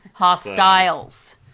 Hostiles